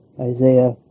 Isaiah